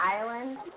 island